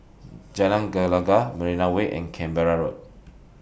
Jalan Gelegar Marina Way and Canberra Road